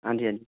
ਹਾਂਜੀ ਹਾਂਜੀ